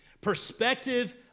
Perspective